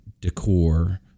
decor